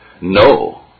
No